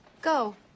Go